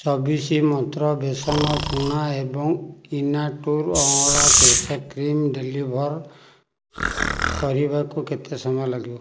ଚବିଶ ମନ୍ତ୍ର ବେସନ ଚୂନା ଏବଂ ଇନାଟୁର୍ ଅଅଁଳା କେଶ କ୍ରିମ୍ ଡେଲିଭର୍ କରିବାକୁ କେତେ ସମୟ ଲାଗିବ